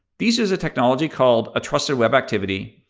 these use a technology called a trusted web activity.